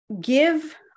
give